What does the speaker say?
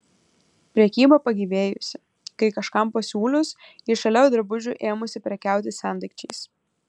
prekyba pagyvėjusi kai kažkam pasiūlius ji šalia drabužių ėmusi prekiauti sendaikčiais